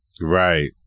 Right